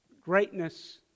greatness